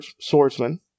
swordsman